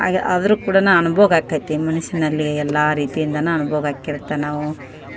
ಹಾಗೆ ಆದರೂ ಕೂಡ ಅನುಭೋಗ ಆಗುತ್ತೆ ಮನಸ್ಸಿನಲ್ಲಿ ಎಲ್ಲ ರೀತಿಯಿಂದನೂ ಅನುಭೋಗ ಆಗಿರತ್ತೆ ನಾವೂ